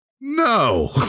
no